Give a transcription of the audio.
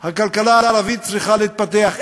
הכלכלה הערבית צריכה להתפתח,